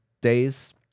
days